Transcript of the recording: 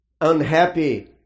unhappy